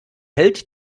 held